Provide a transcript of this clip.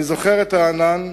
אני זוכר את רענן